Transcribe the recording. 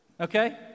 Okay